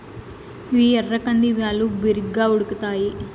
ఇవి ఎర్ర కంది బ్యాళ్ళు, బిరిగ్గా ఉడుకుతాయి